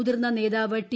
മുതിർന്ന നേതാവ് ടി